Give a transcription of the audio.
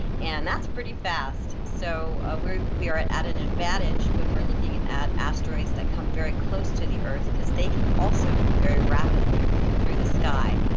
and that's pretty fast, so ah we are at at an advantage when we're looking at asteroids that come very close to the earth because they can also move very rapidly through the sky.